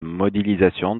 modélisation